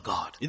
God